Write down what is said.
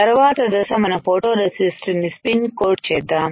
తర్వాత దశ మనం ఫోటో రెసిస్ట్ ని స్పిన్ కోట్ చేద్దాం